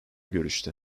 görüşte